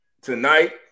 tonight